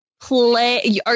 play